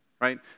right